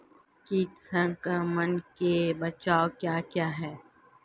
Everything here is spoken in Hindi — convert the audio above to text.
कीट संक्रमण के बचाव क्या क्या हैं?